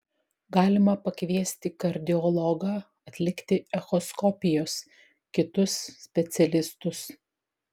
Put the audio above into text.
galima pakviesti kardiologą atlikti echoskopijos kitus specialistus